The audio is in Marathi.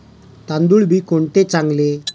तांदूळ बी कोणते चांगले?